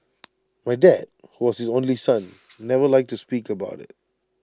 my dad who was his only son never liked to speak about IT